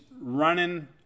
running